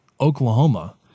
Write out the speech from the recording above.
Oklahoma